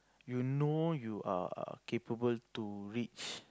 you know you are capable to reach